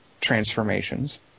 transformations